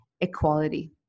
equality